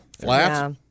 Flat